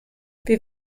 wir